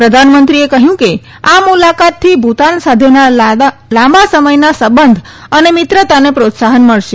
પ્રધાનમંત્રીએ કહ્યું કે આ મુલાકતથી ભૂતાન સાથેના લાંબા સમયના સંબંધ અને મિત્રતાને પ્રોત્સાહન મળશે